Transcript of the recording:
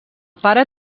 pare